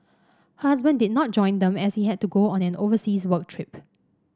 her husband did not join them as he had to go on an overseas work trip